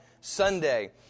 Sunday